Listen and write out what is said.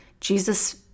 Jesus